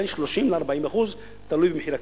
בין 30% ל-40%, תלוי במחיר הקרקע.